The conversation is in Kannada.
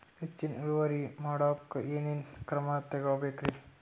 ಹೆಚ್ಚಿನ್ ಇಳುವರಿ ಮಾಡೋಕ್ ಏನ್ ಏನ್ ಕ್ರಮ ತೇಗೋಬೇಕ್ರಿ?